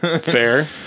Fair